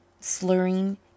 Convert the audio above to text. slurring